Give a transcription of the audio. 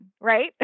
right